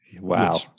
Wow